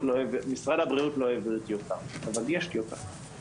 משרד הבריאות לא העביר טיוטה אבל יש טיוטה.